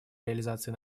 реализации